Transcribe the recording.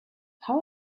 how